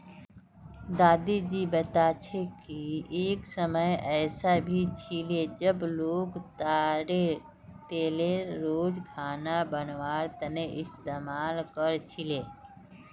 दादी जी बता छे कि एक समय ऐसा भी छिले जब लोग ताडेर तेलेर रोज खाना बनवार तने इस्तमाल कर छीले